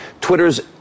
Twitter's